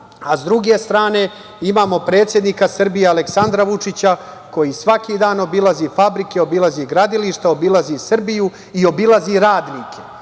druge strane imamo predsednika Srbije Aleksandra Vučića koji svaki dan obilazi fabrike, obilazi gradilišta, obilazi Srbiju i obilazi radnike.